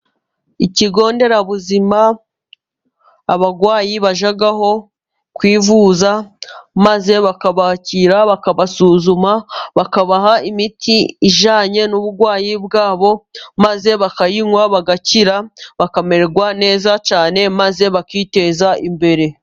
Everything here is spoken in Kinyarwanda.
Ikigo nderabuzima abarwayi bajyaho kwivuza, maze bakabakira bakabasuzuma, bakabaha imiti ijyanye n'uburwayi bwabo, maze bakayinywa bagakira bakamererwa neza cyane maze bakiteza imbere.